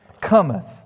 cometh